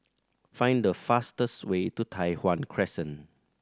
find the fastest way to Tai Hwan Crescent